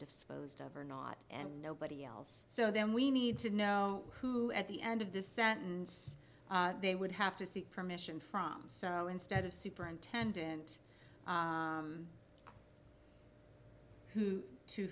disposed of or not and nobody else so then we need to know who at the end of the sentence they would have to seek permission from so instead of superintendent who to